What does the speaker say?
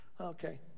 Okay